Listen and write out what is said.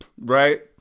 Right